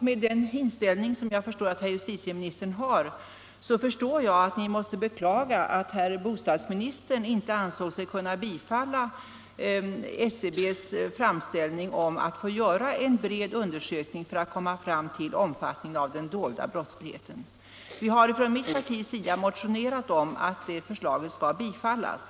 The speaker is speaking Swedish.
Med den inställning som jag förstår att herr justitieministern har inser jag att justitieministern måste beklaga att herr bostadsministern inte ansåg sig kunna bifalla SCB:s framställning om att få göra en bred undersökning för att komma fram till omfattningen av den dolda brottsligheten. Från mitt parti har vi motionerat om att det förslaget skall bifallas.